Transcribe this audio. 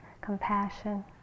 compassion